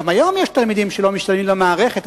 גם היום יש תלמידים שלא משתלמים למערכת,